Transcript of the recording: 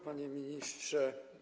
Panie Ministrze!